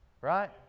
Right